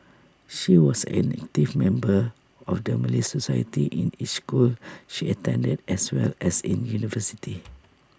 she was an active member of the Malay society in each school she attended as well as in university